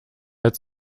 als